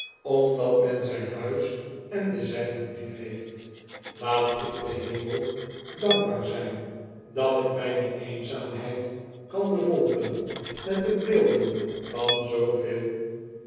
omdat men zijn huis en de zijnen lief heeft laat ik den hemel dankbaar zijn dat ik mjne eenzaamheid kan bevolken met de beelden van zooveel